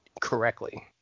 correctly